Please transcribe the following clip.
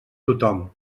tothom